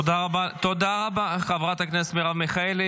תודה רבה לחברת הכנסת מרב מיכאלי.